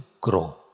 grow